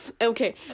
Okay